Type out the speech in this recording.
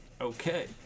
Okay